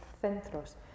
centros